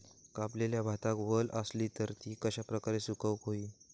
कापलेल्या भातात वल आसली तर ती कश्या प्रकारे सुकौक होई?